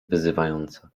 wyzywająco